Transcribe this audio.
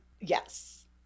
Yes